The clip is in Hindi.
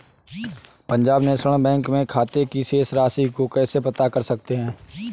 पंजाब नेशनल बैंक में खाते की शेष राशि को कैसे पता कर सकते हैं?